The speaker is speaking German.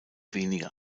weniger